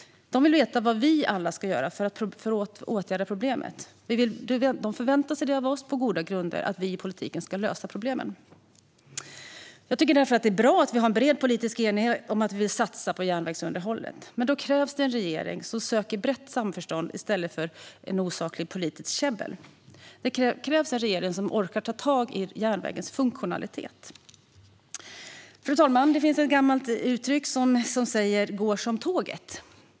De vill veta vad vi ska göra för att åtgärda problemet. De förväntar sig, på goda grunder, att vi i politiken ska lösa problemen. Jag tycker därför att det är bra att vi har en bred politisk enighet om att satsa på järnvägsunderhållet. Men då krävs det en regering som söker brett samförstånd i stället för osakligt politiskt käbbel. Det krävs en regering som orkar ta tag i järnvägens funktionalitet. Fru talman! Det finns ett gammalt uttryck som lyder "går som tåget".